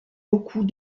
beaucoup